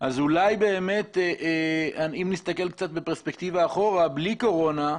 אם נסתכל בפרספקטיבה אחורה, בלי קורונה,